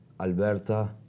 Alberta